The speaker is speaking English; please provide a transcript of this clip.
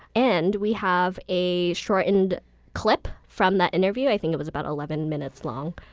and we have a shortened clip from that interview. i think it was about eleven minutes long.